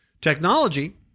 technology